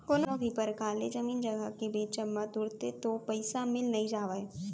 कोनो भी परकार ले जमीन जघा के बेंचब म तुरते तो पइसा मिल नइ जावय